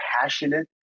passionate